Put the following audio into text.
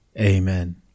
Amen